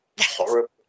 horrible